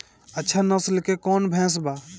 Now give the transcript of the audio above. अच्छा नस्ल के कौन भैंस बा?